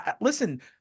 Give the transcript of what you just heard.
Listen